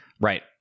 Right